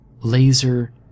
Laser